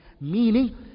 Meaning